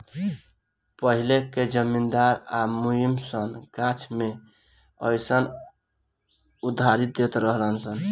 पहिले के जमींदार आ मुनीम सन गाछ मे अयीसन उधारी देत रहलन सन